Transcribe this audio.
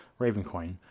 Ravencoin